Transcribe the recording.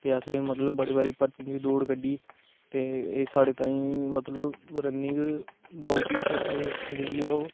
ते असें मतलब बड़ी बारी भरतियै च दौड़ कड्ढी ते एह् साढ़े तांई मतलब रननिंग बहुत ही जेहड़ी ऐ ओह्